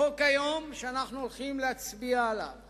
החוק שאנחנו הולכים להצביע עליו